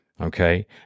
Okay